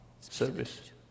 service